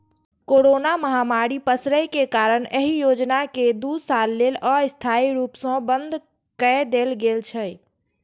corona महामारी पसरै के कारण एहि योजना कें दू साल लेल अस्थायी रूप सं बंद कए देल गेल छै